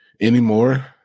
anymore